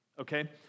okay